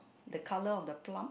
the colour of the plum